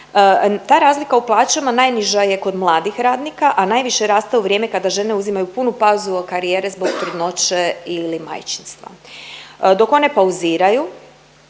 Ta razlika u plaćama najniža je kod mladih radnika, a najviše raste u vrijeme kada žene uzimaju punu pauzu od karijere zbog trudnoće ili majčinstva. Dok one pauziraju,